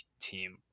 team